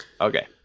okay